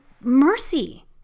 mercy